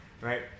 right